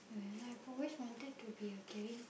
and I've always wanted to be a caring